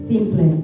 Simple